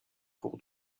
cours